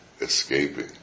escaping